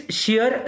sheer